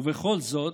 ובכל זאת,